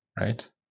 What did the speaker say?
right